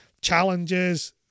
challenges